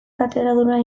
katedraduna